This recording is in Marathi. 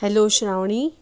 हॅलो श्रावणी